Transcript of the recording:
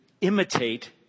imitate